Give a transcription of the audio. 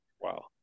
wow